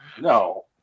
no